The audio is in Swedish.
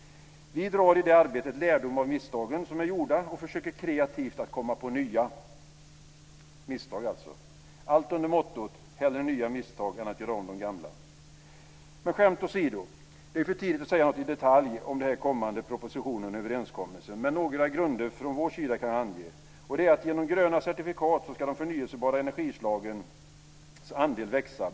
Vi drar i det arbetet lärdom av de misstag som är gjorda och försöker kreativt att komma på nya - misstag alltså - allt under mottot: Hellre nya misstag än att göra om de gamla! Men skämt åsido är det för tidigt att säga något i detalj om den kommande propositionen och överenskommelsen, men några grunder från vår sida kan jag ange: Genom gröna certifikat ska de förnyelsebara energislagens andel växa.